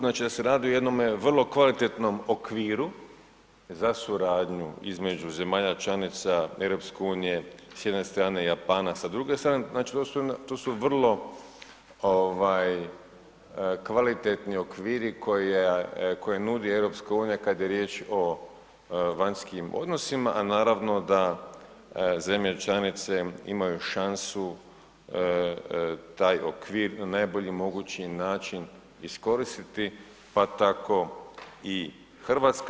Znači radi se o jednom vrlo kvalitetnom okviru za suradnju između zemlja članica EU s jedne strane i Japana s druge strane, znači to su vrlo kvalitetni okviri koje nudi EU kada je riječ o vanjskim odnosima, a naravno da zemlje članice imaju šansu taj okvir na najbolji mogući način iskoristiti pa tako i Hrvatska.